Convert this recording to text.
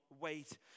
wait